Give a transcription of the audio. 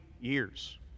years